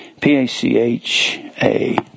P-A-C-H-A